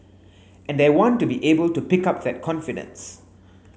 and I want to be able to pick up that confidence